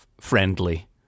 friendly